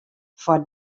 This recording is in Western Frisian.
foar